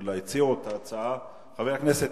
הרווחה והבריאות.